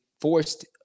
forced